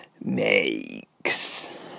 makes